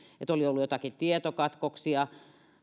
että oli ollut tietokatkoksia